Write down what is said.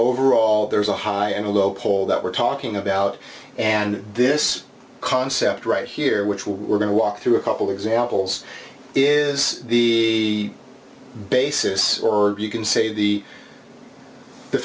overall there's a high and low pole that we're talking about and this concept right here which we're going to walk through a couple examples is the basis or you can say the the